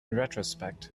retrospect